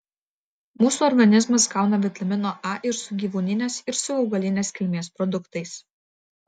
mūsų organizmas gauna vitamino a ir su gyvūninės ir su augalinės kilmės produktais